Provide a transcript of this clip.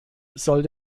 soll